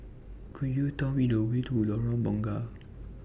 Could YOU Tell Me The Way to Lorong Bunga